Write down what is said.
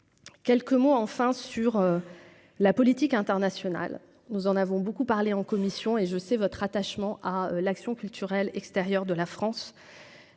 quelques mots enfin sur la politique internationale, nous en avons beaucoup parlé en commission et je sais votre attachement à l'action culturelle extérieure de la France,